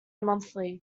monthly